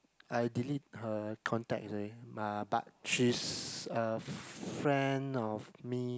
I delete her contact already but she's a friend of me